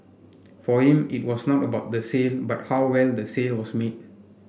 for him it was not about the sale but how well the sale was made